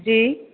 जी